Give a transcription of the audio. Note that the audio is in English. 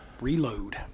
reload